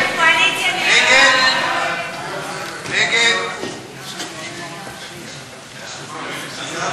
הצעת סיעת המחנה הציוני להביע אי-אמון בממשלה לא נתקבלה.